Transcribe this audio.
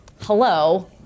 hello